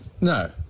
No